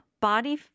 body